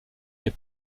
les